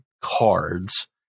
cards